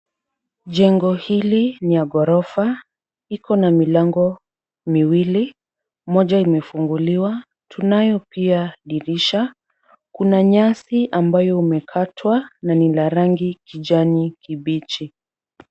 Jengo hili ni ya ghorofa. Ikona milango miwili. Moja imefunguliwa. Tunayo pia dirisha. Kuna nyasi ambayo umekatwa na la rangi kijani kibichi.